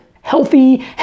healthy